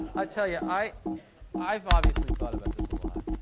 i'll tell you, i've i've obviously thought about this a lot.